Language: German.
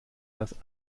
das